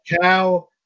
cow